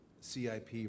CIP